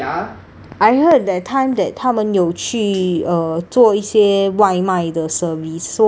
I heard that time that 他们有去 uh 做一些外卖的 service so